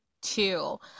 two